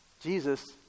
Jesus